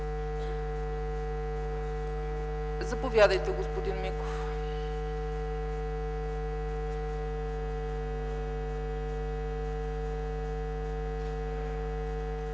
Заповядайте, господин Миков.